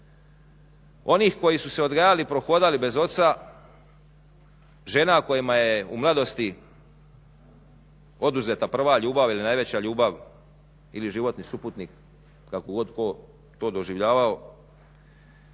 onih koji su se odgajali i prohodali bez oca, žena kojima je u mladosti oduzeta prva ljubav ili najveća ljubav ili životni suputnik kako god tko to doživljavao,